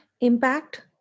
impact